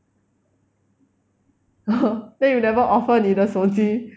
then you never offer 你的手机